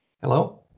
Hello